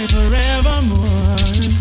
forevermore